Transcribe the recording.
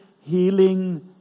healing